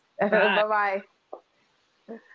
Bye-bye